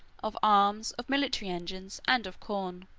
of arms, of military engines, and of corn.